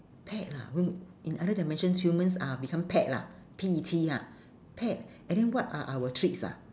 pet ah oh in other dimension humans are become pet lah P E T ah pet and then what are our treats ah